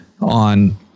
on